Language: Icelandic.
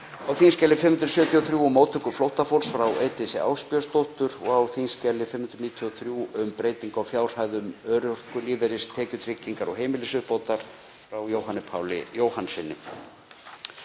á þskj. 573, um móttöku flóttafólks, frá Eydísi Ásbjörnsdóttur, og á þskj. 593, um breytingu á fjárhæðum örorkulífeyris, tekjutryggingar og heimilisuppbótar, frá Jóhanni Páli Jóhannssyni.